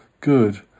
good